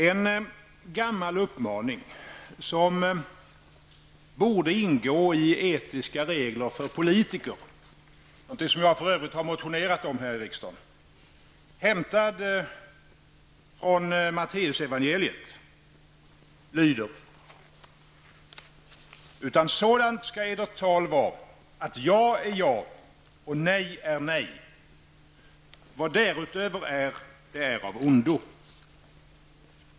En gammal uppmaning som borde ingå i etiska regler för politiker, någonting som jag för övrigt har motionerat om här i riksdagen, hämtad från Matteus evangeliet lyder: ''utan sådant skall edert tal vara, att ja är ja, och nej är nej. Vad därutöver är, det är av ondo.''